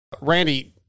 randy